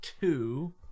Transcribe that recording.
two